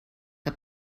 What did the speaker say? que